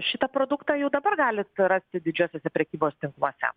šitą produktą jau dabar galite rasti didžiuosiuose prekybos tinkluose